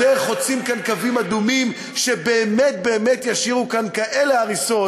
בדרך חוצים כאן קווים אדומים שבאמת באמת ישאירו כאן כאלה הריסות,